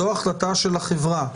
זו החלטה של החברה,